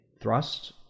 thrust